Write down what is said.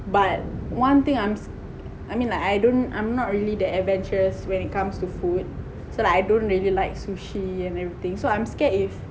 but one thing I'm s~ I mean like I don't I'm not really adventurous when it comes to food so like I don't really like sushi and everything so I'm scared if